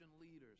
leaders